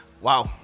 Wow